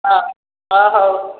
ହଁ ହଁ ହଉ